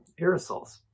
aerosols